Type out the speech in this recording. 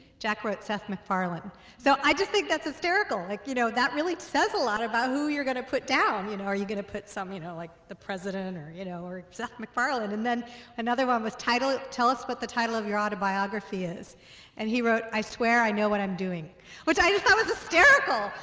jack wrote seth macfarlane so i just think that's hysterical like you know that really says a lot about who you're going to put down. you know are you going to put some you know like the president or you know or seth mcfarland and then another one was title tell us what the title of your autobiography is and he wrote i swear i know what i'm doing which is i was hysterical.